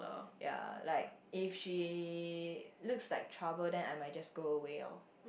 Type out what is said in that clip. ya like if she looks like trouble then I might just go away orh